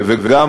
וגם